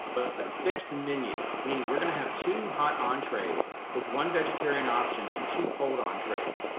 but ah fixed menu, meaning we're gonna have two hot entrees with one vegetarian option and two cold entrees.